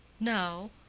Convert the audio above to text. no.